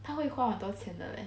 他会花很多钱的 leh